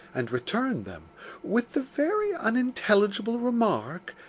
and returned them with the very unintelligible remark,